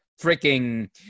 freaking